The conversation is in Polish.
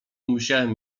musiałem